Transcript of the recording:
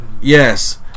Yes